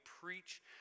preach